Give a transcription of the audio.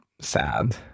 sad